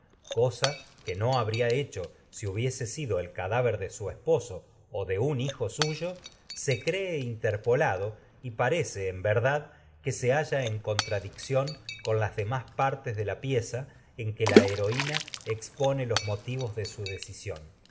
cosa sido que no su habría hecho hubiera el cadáver de esposo parece con o de un hijo suyo se cree interpolado y en verdad que se halla en contradicción las demás partes de la pieza en que la heroí su na expone los motivos de se decisión